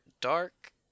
dark